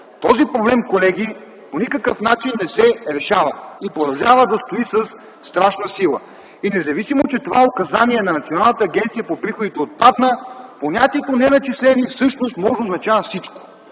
Този проблем, колеги, по никакъв начин не се решава и продължава да стои със страшна сила. Независимо, че това указание на Националната агенция по приходите отпадна, понятието „неначислени” всъщност може да означава всичко.